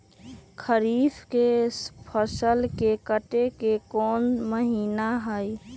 खरीफ के फसल के कटे के कोंन महिना हई?